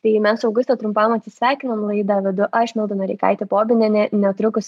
tai mes auguste trumpam atsisveikinam laidą vedu aš milda noreikaitė bobinienė netrukus